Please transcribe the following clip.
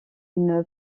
une